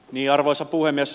arvoisa puhemies